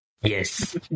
Yes